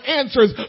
answers